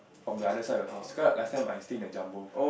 from the other side of the house cause last time I stay in a jumbo